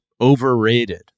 overrated